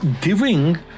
giving